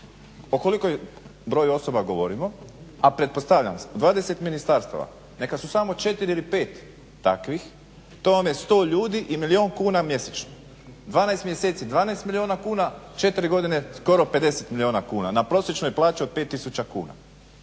O kolikom broju osoba govorimo, a pretpostavljam 20 ministarstava neka su samo 4 ili 5 takvih. To vam je 100 ljudi i milijun kuna mjesečno. 12 mjeseci, 12 milijuna kuna, 4 godine skoro 50 milijuna kuna na prosječnoj plaći od 5000 kuna.